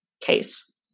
case